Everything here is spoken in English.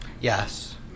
Yes